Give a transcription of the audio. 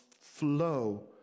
flow